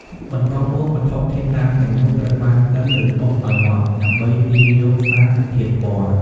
បន្ទាប់មក វត្ថុធាតុដើមទាំងនោះត្រូវបានកិន ឬបុកឱ្យម៉ដ្ឋដើម្បីទាញយកសារធាតុពណ៌។